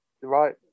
Right